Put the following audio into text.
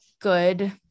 good